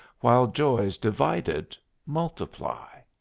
while joys divided multiply.